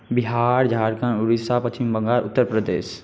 Bihar Jharkhand Odisha Paschim Bengal Uttar Pradesh